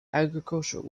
agricultural